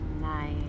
nice